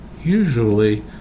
Usually